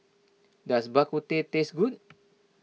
does Bak Kut Teh taste good